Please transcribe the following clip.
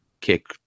kick